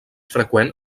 freqüent